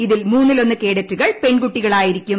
ഇതിൽ മൂന്നിലൊന്നു കേഡറ്റുകൾ പെൺകുട്ടികൾ ആയിരിക്കും